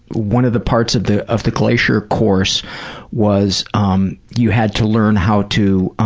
one of the parts of the of the glacier course was um you had to learn how to,